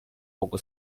poco